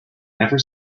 never